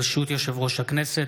ברשות יושב-ראש הכנסת,